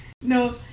No